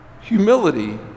humility